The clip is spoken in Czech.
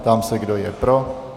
Ptám se, kdo je pro.